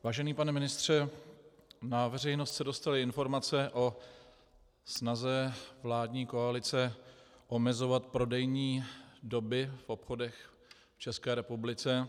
Vážený pane ministře, na veřejnost se dostaly informace o snaze vládní koalice omezovat prodejní doby v obchodech v České republice.